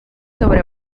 sobre